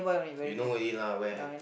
you know already lah where